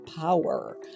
power